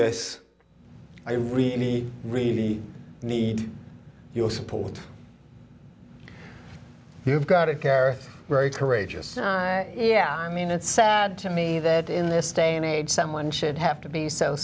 this i really really need your support you've got to care very courageous yeah i mean it's sad to me that in this day and age someone should have to be so